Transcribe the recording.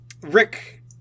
Rick